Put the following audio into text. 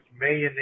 mayonnaise